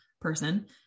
person